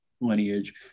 lineage